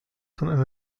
sondern